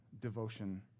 devotion